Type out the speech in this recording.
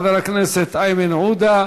חבר הכנסת איימן עודה,